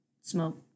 smoke